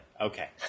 Okay